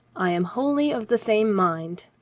i am wholly of the same mind,